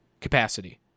Capacity